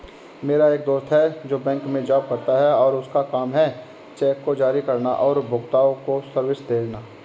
मेरा एक दोस्त है जो बैंक में जॉब करता है और उसका काम है चेक को जारी करना और उपभोक्ताओं को सर्विसेज देना